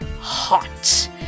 hot